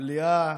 המליאה,